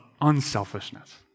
unselfishness